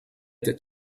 that